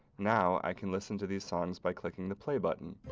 now, i can listen to these songs by clicking the play button.